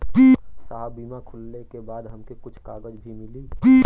साहब बीमा खुलले के बाद हमके कुछ कागज भी मिली?